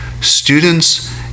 students